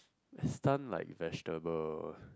stun like vegetable